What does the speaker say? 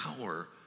power